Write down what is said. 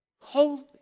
holy